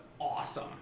awesome